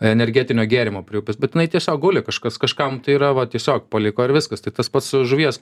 energetinio gėrimo prie upės bet jinai tiesiog guli kažkas kažkam tai yra va tiesiog paliko ir viskas tai tas pats žuvies